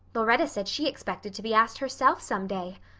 lauretta said she expected to be asked herself someday.